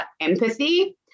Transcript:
empathy